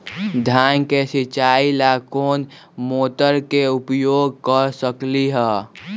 धान के सिचाई ला कोंन मोटर के उपयोग कर सकली ह?